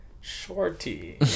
shorty